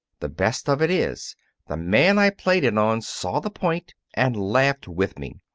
the best of it is the man i played it on saw the point and laughed with me.